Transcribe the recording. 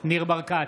ניר ברקת,